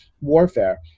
warfare